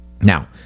Now